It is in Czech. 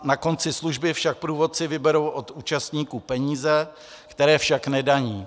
Na konci služby však průvodci vyberou od účastníků peníze, které však nedaní.